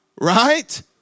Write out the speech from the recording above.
right